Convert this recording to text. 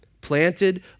planted